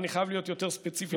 אבל אני חייב להיות יותר ספציפי,